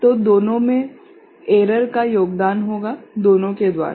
तो दोनों में एरर का योगदान होगा दोनों के द्वारा